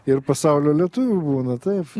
ir pasaulio lietuvių būna taip